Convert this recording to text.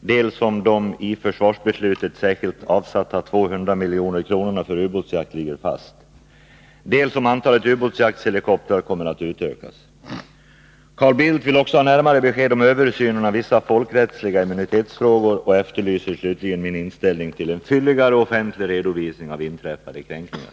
dels om de i försvarsbeslutet särskilt avsatta 200 milj.kr. för ubåtsjakt ligger fast och dels om antalet ubåtsjaktshelikoptrar kommer att utökas. Carl Bildt vill också ha närmare besked om översynen av vissa folkrättsliga immunitetsfrågor och efterlyser slutligen min inställning till en fylligare offentlig redovisning av inträffade kränkningar.